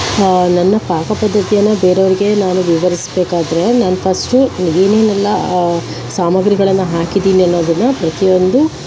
ಹಾಂ ನನ್ನ ಪಾಕ ಪದ್ದತಿಯನ್ನು ಬೇರೆಯವರಿಗೆ ನಾನು ವಿವರಿಸಬೇಕಾದರೆ ನಾನು ಫಸ್ಟು ಏನೇನೆಲ್ಲ ಸಾಮಾಗ್ರಿಗಳನ್ನು ಹಾಕಿದ್ದೀನಿ ಅನ್ನೋದನ್ನು ಪ್ರತಿಯೊಂದು